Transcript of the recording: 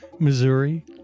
Missouri